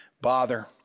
bother